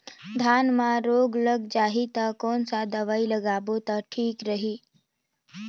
धान म रोग लग जाही ता कोन सा दवाई लगाबो ता ठीक रही?